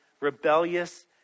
rebellious